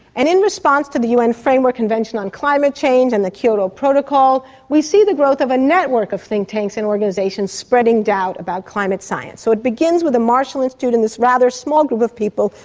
and in response to the un framework convention on climate change and the kyoto protocol, we see the growth of a network of think tanks and organisations spreading doubt about climate science. so it begins with the marshall institute and this rather small group of people,